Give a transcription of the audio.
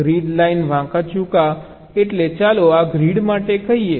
grid line વાંકાચૂકા એટલે ચાલો આ ગ્રીડ માટે કહીએ